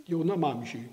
jaunam amžiuj